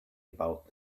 about